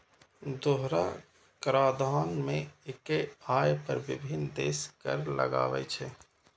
दोहरा कराधान मे एक्के आय पर विभिन्न देश कर लगाबै छै